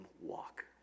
walk